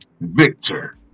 Victor